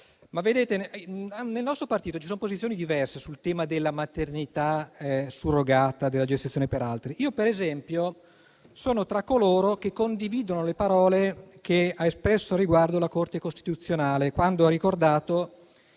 quest'Aula. Nel nostro partito ci sono posizioni diverse sul tema della maternità surrogata e della gestazione per altri. Io, per esempio, sono tra coloro che condividono le parole che ha espresso al riguardo la Corte costituzionale, quando ha ricordato